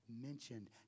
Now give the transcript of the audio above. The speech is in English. mentioned